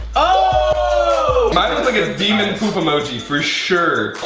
ah mine looks like a demon poop emoji for sure.